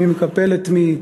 מי מקפל את מי,